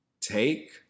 take